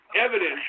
evidence